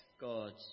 God's